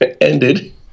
ended